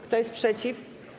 Kto jest przeciw?